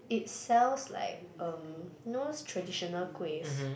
it sells like um you know those traditional kuehs